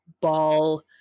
ball